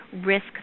risk